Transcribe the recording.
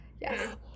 yes